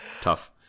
Tough